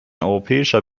europäischer